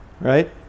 Right